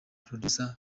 producer